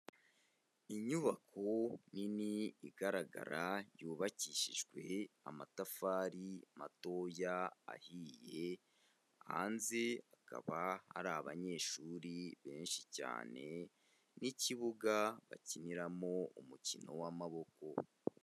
Inyubako nini igaragara yubakishijwe amatafari matoya ahiye, hanze hakaba hari abanyeshuri benshi cyane n'ikibuga bakiniramo umukino w'amaboko.